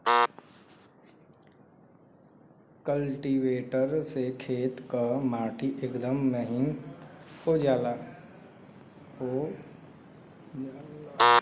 cultivator से खेत क माटी एकदम महीन हो जाला